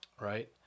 right